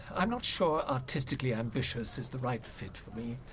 i'm not sure artistically ambitious is the right fit for me.